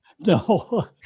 No